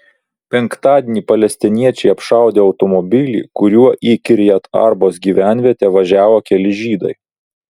penktadienį palestiniečiai apšaudė automobilį kuriuo į kirjat arbos gyvenvietę važiavo keli žydai